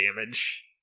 damage